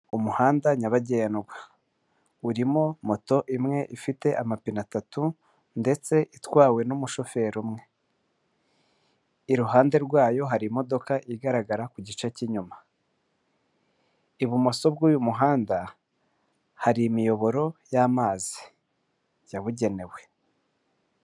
Umuhanda nyabagendwa urimo moto imwe ifite amapine atatu ndetse itwawe n'umushoferi umwe, iruhande rwayo hari imodoka igaragara ku gice cy'inyuma, ibumoso bw'uyu muhanda hari imiyoboro y'amazi yabugenewe.